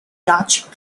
yacht